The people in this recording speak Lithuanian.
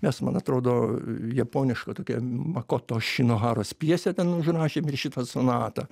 mes man atrodo japonišką tokią makoto šinoharos pjesę ten užrašėm ir šitą sonatą